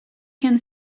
can